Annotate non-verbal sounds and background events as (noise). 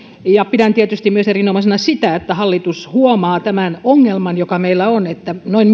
ja pidän tietysti erinomaisena sitä että hallitus huomaa tämän ongelman joka meillä on että noin (unintelligible)